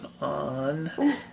on